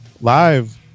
live